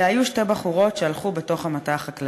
אלו היו שתי בחורות שהלכו בתוך המטע החקלאי.